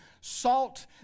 salt